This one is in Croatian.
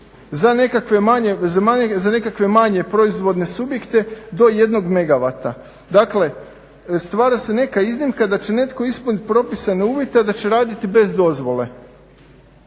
za nekakve manje proizvodne subjekte do jednog megavata. Dakle, stvara se neka iznimka da će netko ispuniti propisane uvjete, a da će raditi bez dozvole.